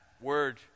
word